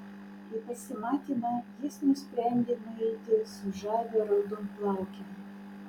į pasimatymą jis nusprendė nueiti su žavia raudonplauke